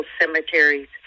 cemeteries